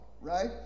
Right